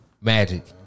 Magic